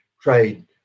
trade